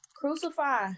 crucify